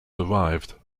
derived